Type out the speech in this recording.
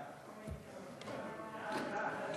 ההצעה להעביר